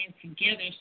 together